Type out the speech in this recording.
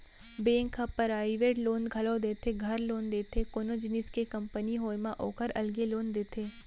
bank ह private loan घलौ देथे, घर लोन देथे, कोनो जिनिस के कंपनी होय म ओकर अलगे लोन देथे